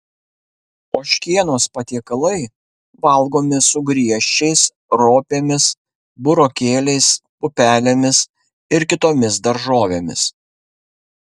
ožkienos patiekalai valgomi su griežčiais ropėmis burokėliais pupelėmis ir kitomis daržovėmis